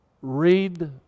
Read